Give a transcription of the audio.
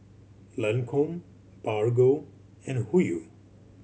Lancome Bargo and Hoyu